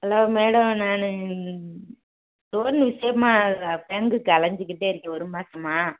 hello madam நான் loan விசியம்மா பேங்க்குக்கு அலைஞ்சிக்கிட்டே இருக்கேன் ஒரு மாசமாக